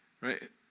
right